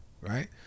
Right